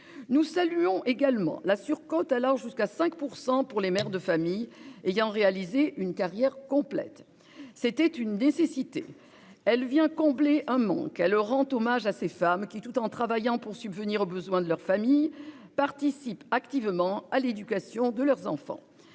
Nous saluons également la surcote, allant jusqu'à 5 %, pour les mères de famille ayant réalisé une carrière complète. C'était une nécessité. Cette surcote vient combler un manque et rend hommage à ces femmes qui, tout en travaillant pour subvenir aux besoins de leur famille, participent activement à l'éducation de leurs enfants.